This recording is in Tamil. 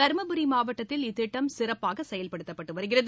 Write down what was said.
தருமபுரிமாவட்டத்தில் இத்திட்டம் சிறப்பாகசெயல்படுத்தப்பட்டுவருகிறது